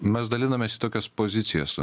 mes dalinamės į tokias pozicijas